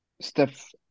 Steph